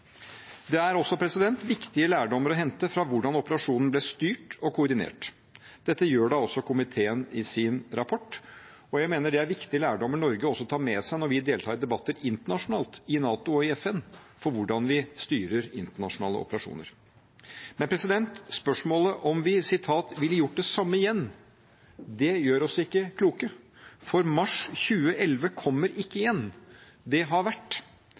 Det er også viktige lærdommer å hente fra hvordan operasjonen ble styrt og koordinert. Dette gjør også komiteen i sin rapport. Jeg mener det er viktige lærdommer som Norge tar med seg når vi deltar i debatter internasjonalt, i NATO og FN, om hvordan vi styrer internasjonale operasjoner. Spørsmålet om vi «ville gjort det samme igjen», gjør oss ikke kloke, for mars 2011 kommer ikke igjen. Det har vært.